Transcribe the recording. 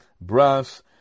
brass